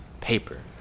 paper